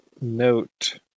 note